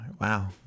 wow